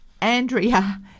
Andrea